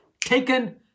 Taken